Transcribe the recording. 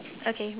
okay